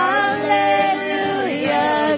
Hallelujah